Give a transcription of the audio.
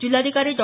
जिल्हाधिकारी डॉ